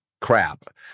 crap